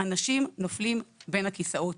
אנשים נופלים בין הכיסאות.